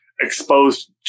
exposed